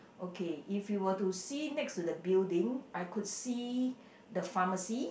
okay if you were to see next to the building I could see the pharmacy